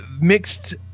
mixed